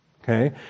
Okay